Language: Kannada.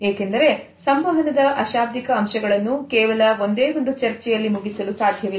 ಏಕೆಂದರೆ ಸಂವಹನದ ಅಶಾಬ್ದಿಕ ಅಂಶಗಳನ್ನು ಕೇವಲ ಒಂದೇ ಒಂದು ಚರ್ಚೆಯಲ್ಲಿ ಮುಗಿಸಲು ಸಾಧ್ಯವಿಲ್ಲ